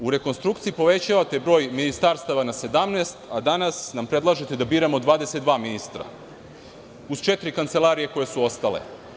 U rekonstrukciji povećavate broj ministarstava na 17, a danas nam predlažete da biramo 22 ministra, uz četiri kancelarije koje su ostale.